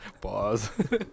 Pause